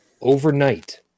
overnight